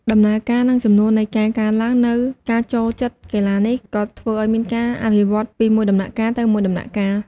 ដំណើរការនិងចំនួននៃការកើនឡើងនូវការចូលចិត្តកីឡានេះក៏ធ្វើឱ្យមានការអភិវឌ្ឍន៍ពីមួយដំណាក់ទៅមួយដំណាក់កាល។